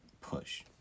push